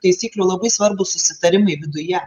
taisyklių labai svarbūs susitarimai viduje